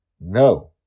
No